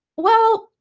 well,